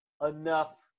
enough